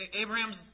Abraham's